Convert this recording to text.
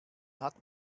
hat